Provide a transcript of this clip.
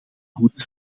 goede